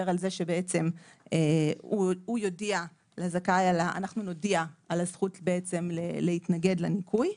החלק הראשון מדבר על כך שאנחנו נודיע על הזכות להתנגד לניכוי,